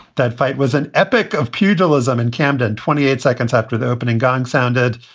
that fight was an epic of pugilism in camden, twenty eight seconds after the opening gong sounded.